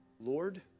Lord